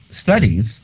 studies